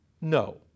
no